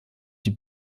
die